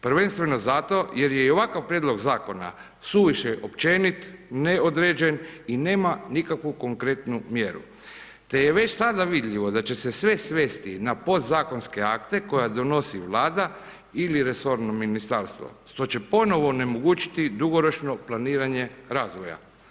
Prvenstveno zato jer je i ovakav prijedlog zakona suviše općenit, neodređen i nema nikakvu konkretnu mjeru te je već sada vidljivo da će se sve svesti na podzakonske akte koje donosi Vlada ili resorno ministarstvo što će ponovo onemogućiti dugoročno planiranje razvoja.